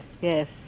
Yes